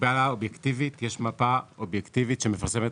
יש מגבלה אובייקטיבית, מפה אובייקטיבית שמפרסמת